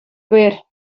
gwir